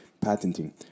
patenting